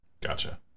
Gotcha